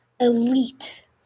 elite